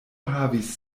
havis